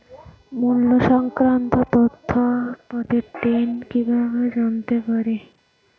মুল্য সংক্রান্ত তথ্য প্রতিদিন কিভাবে জানতে পারি?